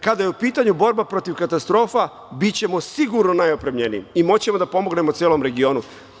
Kada je u pitanju borba protiv katastrofa, bićemo sigurno najopremljeniji i moći ćemo da pomognemo celom regionu.